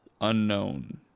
unknown